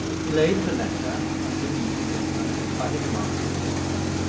he laid the letter and the newspaper by his master's side.